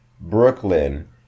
Brooklyn